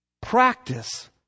Practice